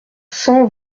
cent